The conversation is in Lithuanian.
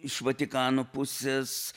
iš vatikano pusės